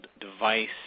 device